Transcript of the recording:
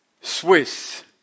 Swiss